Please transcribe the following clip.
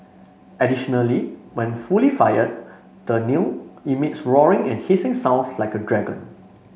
additionally when fully fired the kiln emits roaring and hissing sound like a dragon